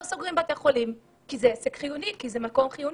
לא סוגרים בתי חולים כי זה עסק חיוני ומקור חיוני,